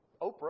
Oprah